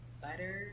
butter